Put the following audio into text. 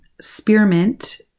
Spearmint